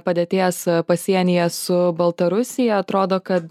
padėties pasienyje su baltarusija atrodo kad